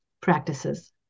practices